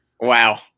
Wow